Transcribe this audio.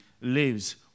lives